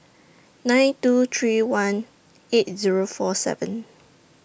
nine two three one eight Zero four seven